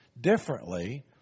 differently